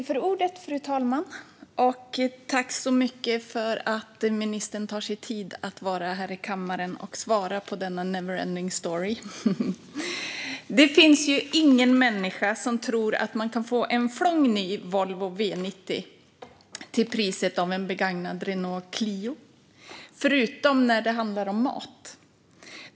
Fru talman! Jag tackar ministern för att hon tar sig tid att vara här i kammaren och svara på denna never-ending story. Det finns ju ingen människa som tror att man kan få en flång ny Volvo V90 till priset av en begagnad Renault Clio - förutom när det handlar om mat.